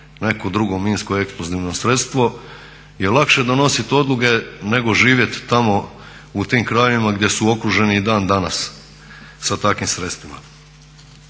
neko drugo minsko eksplozivno sredstvo je lakše donosit odluke nego živjeti tamo u tim krajevima gdje su okruženi i dan danas sa takvim sredstvima.